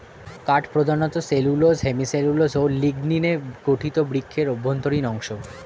কাঠ প্রধানত cellulose, hemicellulose ও লিগনিনে গঠিত বৃক্ষের অভ্যন্তরীণ অংশ